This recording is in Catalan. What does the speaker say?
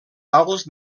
alts